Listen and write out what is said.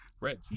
Red